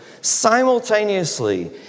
simultaneously